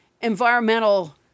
environmental